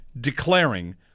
declaring